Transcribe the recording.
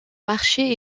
marché